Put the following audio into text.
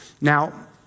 Now